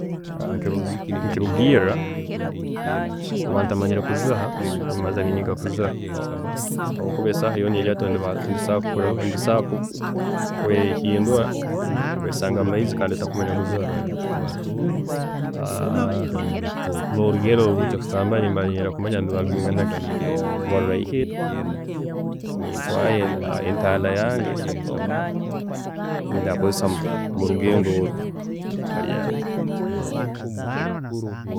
﻿Nikirugiirra, obunkuba ntamanyire kuziha, nimbaanza ninyekaguza habwokuba esaaha yoona eryaato nirisobola kwehindura rikesanga mumaizi kandi ntakumanya kuziha. norugendo nkujya kutambula nimbaanza kumanya nirwinganaki, kakuba ruba rureihire, nintwaarayo entanda yange eyindaakozesa murugendo oru, haryaato.